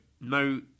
no